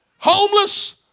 Homeless